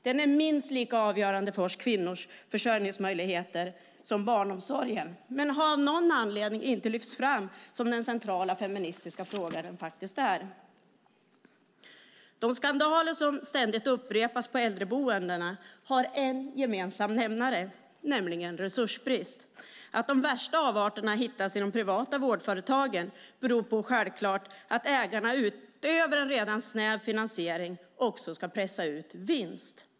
Den är minst lika avgörande för försörjningsmöjligheterna för oss kvinnor som barnomsorgen, men den har av någon anledning inte lyfts fram som den centrala feministiska fråga den faktiskt är. De skandaler som ständigt upprepas på äldreboendena har en gemensam nämnare, nämligen resursbrist. Att de värsta avarterna hittas i de privata vårdföretagen beror självklart på att ägarna utöver en redan snäv finansiering också ska pressa ut vinst.